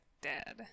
dead